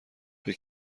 فکر